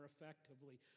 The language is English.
effectively